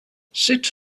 sit